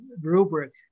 rubric